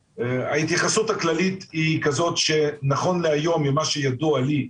ההתייחסות הכללית היא כזו שנכון להיום ממה שידוע לי,